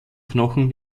knochen